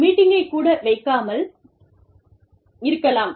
மீட்டிங்கை கூட வைக்காமல் இருக்கலாம்